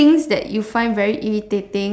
things that you find very irritating